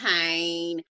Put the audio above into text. pain